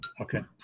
Okay